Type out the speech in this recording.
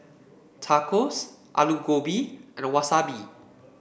Tacos Alu Gobi and Wasabi